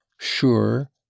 sure